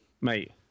Mate